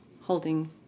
holding